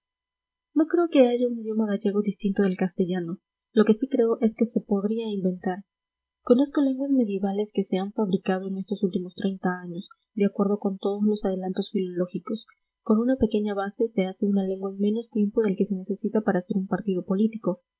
no creo que haya un idioma gallego distinto del castellano lo que sí creo es que se podría inventar conozco lenguas medievales que se han fabricado en estos últimos treinta años de acuerdo con todos los adelantos filológicos con una pequeña base se hace una lengua en menos tiempo del que se necesita para hacer un partido político